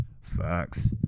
facts